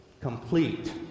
complete